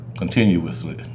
continuously